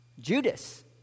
Judas